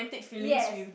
yes